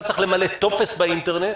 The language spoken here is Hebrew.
אתה צריך למלא טופס באינטרנט,